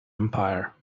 empire